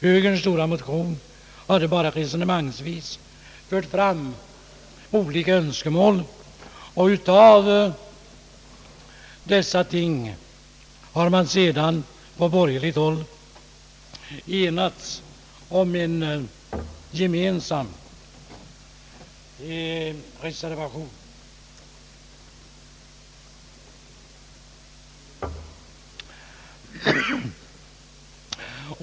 Högerns stora motion, som resonemangsvis fört fram olika förslag, har resulterat i att man från borgerligt håll enats om en gemensam reservation.